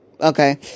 okay